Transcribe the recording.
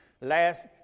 Last